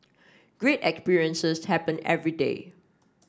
great experiences happen every day